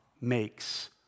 makes